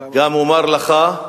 גם אומר לך,